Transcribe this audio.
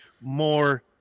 more